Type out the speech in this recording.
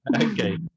okay